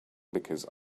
because